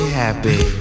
happy